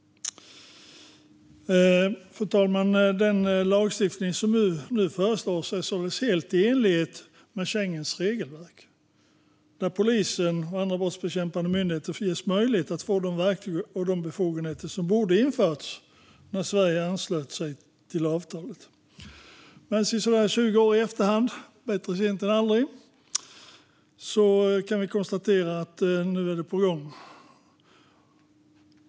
Fru talman! Den lagstiftning som nu föreslås är således helt i enlighet med Schengens regelverk, där polisen och andra brottsbekämpande myndigheter ges möjlighet att få de verktyg och befogenheter som borde ha införts när Sverige anslöt sig till avtalet. Sisådär 20 år i efterhand - bättre sent än aldrig - kan vi konstatera att det nu är på gång.